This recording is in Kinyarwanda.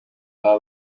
baba